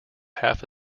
half